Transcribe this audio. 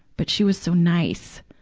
but she was so nice.